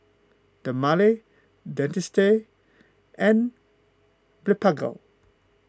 Dermale Dentiste and Blephagel